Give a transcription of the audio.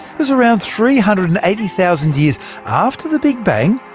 was around three hundred and eighty thousand years after the big bang,